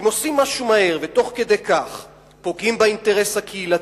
אם עושים משהו מהר ותוך כדי כך פוגעים באינטרס הקהילתי,